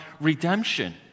redemption